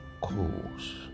cause